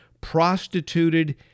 prostituted